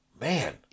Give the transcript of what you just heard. man